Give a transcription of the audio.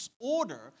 order